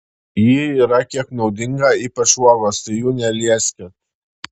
ji yra kiek nuodinga ypač uogos tai jų nelieskit